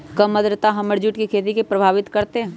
कम आद्रता हमर जुट के खेती के प्रभावित कारतै?